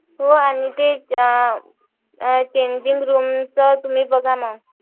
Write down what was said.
हो आणि ते ते चेंजींग रूमच तुम्ही बघा मग